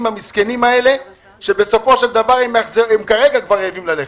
המסכנים האלה שבסופו של דבר הם כבר כרגע רעבים ללחם.